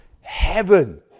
heaven